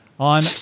On